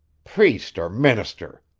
priest or minister!